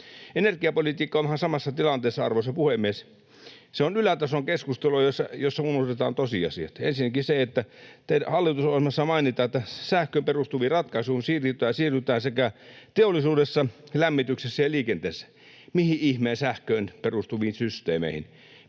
Energiapolitiikka on ihan samassa tilanteessa, arvoisa puhemies. Se on ylätason keskustelua, jossa unohdetaan tosiasiat. Ensinnäkin hallitusohjelmassa mainitaan, että sähköön perustuviin ratkaisuihin siirrytään sekä teollisuudessa, lämmityksessä että liikenteessä. Mihin ihmeen sähköön perustuviin systeemeihin?